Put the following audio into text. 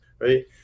right